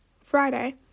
Friday